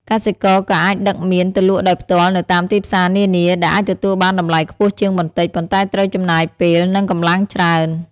កសិករក៏អាចដឹកមៀនទៅលក់ដោយផ្ទាល់នៅតាមទីផ្សារនានា ដែលអាចទទួលបានតម្លៃខ្ពស់ជាងបន្តិច ប៉ុន្តែត្រូវចំណាយពេល និងកម្លាំងច្រើន។